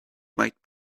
might